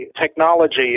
technology